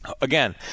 Again